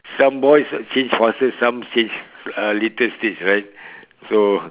some boys change fast some change uh later stage right so